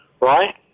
right